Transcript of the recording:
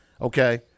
okay